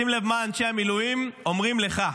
שים לב מה אנשי המילואים אומרים לך: